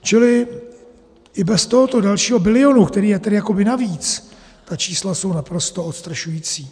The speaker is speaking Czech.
Čili i bez tohoto dalšího bilionu, který je tedy jakoby navíc, ta čísla jsou naprosto odstrašující.